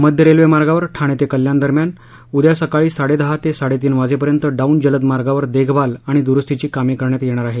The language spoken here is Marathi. मध्य रेल्वेमार्गावर ठाणे ते कल्याणदरम्यान उद्या सकाळी साडेदहा ते साडेतीन वाजेपर्यंत डाऊन जलद मार्गावर देखभाल आणि दुरूस्तीची कामे करण्यात येणार आहेत